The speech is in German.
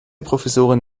professorin